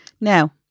Now